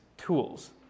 tools